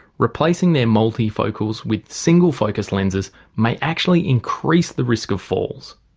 replacing their multifocals with single focus lenses may actually increase the risk of falls.